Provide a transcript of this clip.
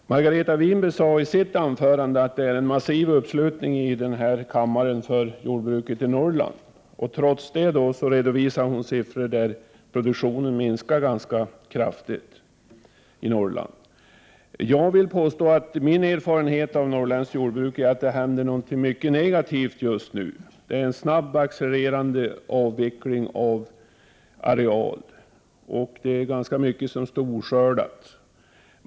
Herr talman! Margareta Winberg sade i sitt anförande att det är en massiv uppslutning här i kammaren för jordbruket i Norrland. Trots det redovisar hon siffror som visar att produktionen minskar ganska kraftigt i Norrland. Min erfarenhet av norrländskt jordbruk är att det händer någonting mycket negativt just nu. Det pågår en snabbt accelererande avveckling av areal, och ganska mycket står oskördat.